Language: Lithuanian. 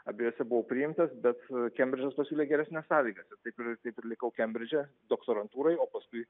abiejose buvau priimtas bet kembridžas pasiūlė geresnes sąlygas ir taip taip ir likau kembridže doktorantūroj o paskui